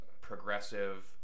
progressive